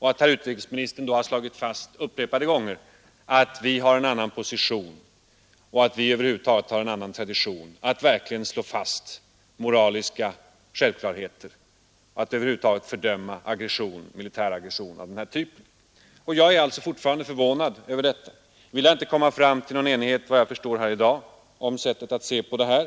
Herr utrikesministern har upprepade gånger slagit fast att vi har en annan position och att vi över huvud taget har en annan tradition när det gäller att fördöma militär aggression av den här typen. Jag är alltså fortfarande förvånad över detta. Vi lär inte komma fram till någon enighet här i dag om sättet att se på dessa ting.